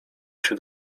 się